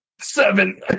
seven